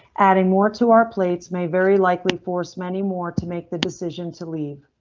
adding more to our plates may very likely force many more to make the decision to leave.